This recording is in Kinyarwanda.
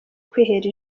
kwihera